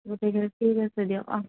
ঠিক আছে দিয়ক অহ্